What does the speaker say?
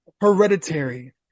Hereditary